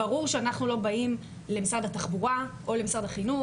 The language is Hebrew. ברור שאנחנו לא באים למשרד התחבורה או למשרד החינוך